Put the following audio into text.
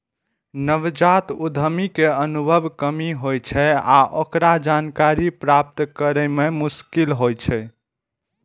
नवजात उद्यमी कें अनुभवक कमी होइ छै आ ओकरा जानकारी प्राप्त करै मे मोश्किल होइ छै